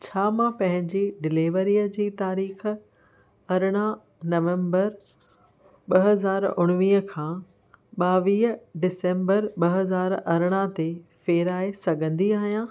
छा मां पंहिंजी डिलीवरीअ जी तारीख़ अरड़हं नवम्बरु ब॒ हज़ार उणवीह खां ॿावीह डिसेम्बरु ब॒ हज़ार अरड़हं ते फेराए सघंदी आहियांं